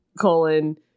colon